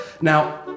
Now